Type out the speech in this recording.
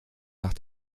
nach